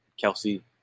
Kelsey